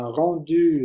rendu